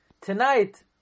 Tonight